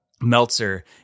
Meltzer